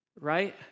right